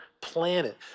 planet